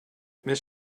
mrs